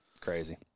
Crazy